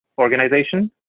organization